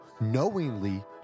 knowingly